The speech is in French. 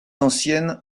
anciennes